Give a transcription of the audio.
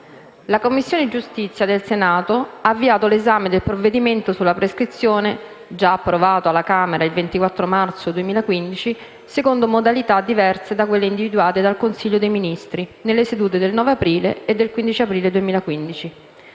La Commissione giustizia del Senato ha avviato l'esame del provvedimento sulla prescrizione, già approvato dalla Camera il 24 marzo 2015 secondo modalità diverse da quelle individuate dal Consiglio dei ministri, nelle sedute del 9 aprile e del 15 aprile 2015.